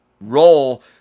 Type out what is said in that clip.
role